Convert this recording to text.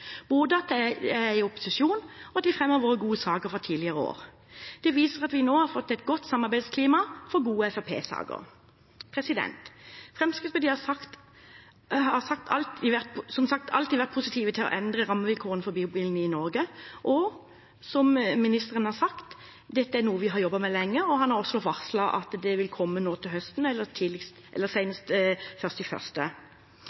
både at de er i opposisjon, og at de fremmer våre gode saker fra tidligere år. Det viser at vi nå har fått et godt samarbeidsklima for gode fremskrittspartisaker. Fremskrittspartiet har som sagt alltid vært positive til å endre rammevilkårene for bobiler i Norge, og som ministeren har sagt, dette er noe vi har jobbet med lenge, og han har også varslet at det vil komme nå til høsten eller